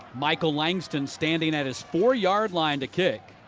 michael langston standing at his four yard line to kick.